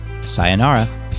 Sayonara